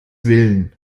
willen